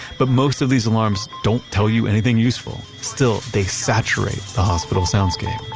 but most of these alarms don't tell you anything useful. still, they saturate the hospital soundscape